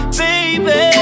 baby